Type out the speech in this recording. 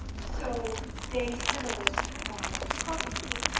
so they settled on caucases.